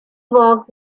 worked